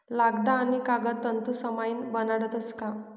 लगदा आणि कागद तंतूसपाईन बनाडतस का